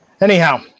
Anyhow